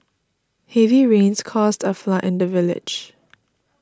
heavy rains caused a flood in the village